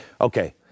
Okay